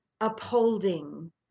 upholding